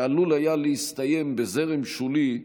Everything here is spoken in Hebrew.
שעלול היה להסתיים בזרם שולי,